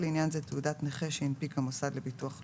לעניין זה "תעודת נכה" שהנפיק המוסד לביטוח לאומי,